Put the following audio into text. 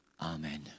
amen